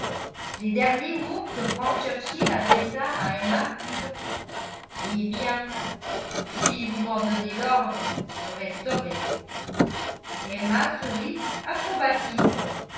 les derniers mots que frank churchill adressa à emma furent eh bien si vous m'en donnez l'ordre je resterai emma sourit